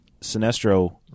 Sinestro